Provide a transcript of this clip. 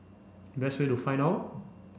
best way to find out